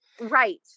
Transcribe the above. Right